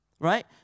right